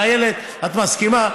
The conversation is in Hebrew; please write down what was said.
ואיילת, את מסכימה?